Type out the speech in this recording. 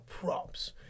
props